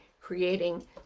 creating